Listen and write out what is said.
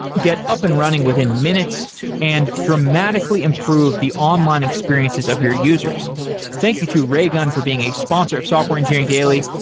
get up and running within minutes and dramatically improve the online experiences of your users thank you to raygun for being a sponsor of software engineering daily.